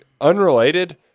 unrelated